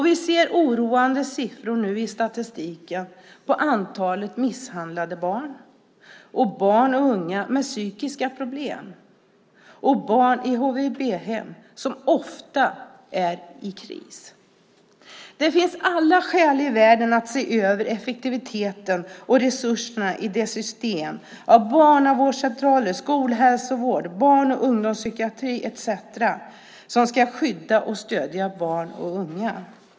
Vi ser oroande siffror nu i statistiken över antalet misshandlade barn, barn och unga med psykiska problem och barn i HVB-hem, som ofta är i kris. Det finns alla skäl i världen att se över effektiviteten och resurserna i det system av barnavårdscentraler, skolhälsovård, barn och ungdomspsykiatri etcetera som ska skydda och stödja barn och unga.